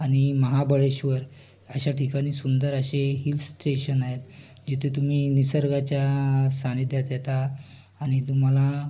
आणि महाबळेश्वर अशा ठिकाणी सुंदर असे हिल स्टेशन आहेत जिथे तुम्ही निसर्गाच्या सानिध्यात येता आणि तुम्हाला